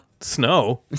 snow